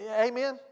Amen